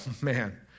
man